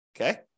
Okay